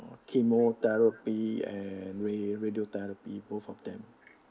chemotherapy and ra~ radiotherapy both of them